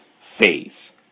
faith